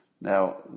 Now